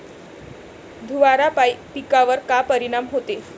धुवारापाई पिकावर का परीनाम होते?